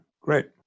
great